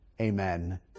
amen